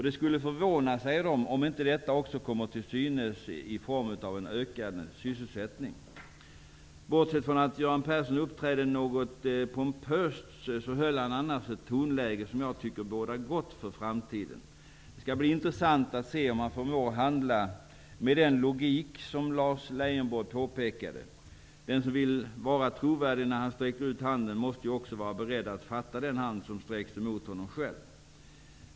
Det skulle vara förvånande, sägs det, om inte detta kommer till synes i form av ökad sysselsättning. Bortsett att Göran Persson uppträdde något pompöst, höll han ett tonläge som bådar gott för framtiden. Det skall bli intressant att se om han förmår handla med den logik som Lars Leijonborg påpekade. Den som vill vara trovärdig när han sträcker ut handen måste också vara beredd att fatta den hand som sträcks ut mot honom.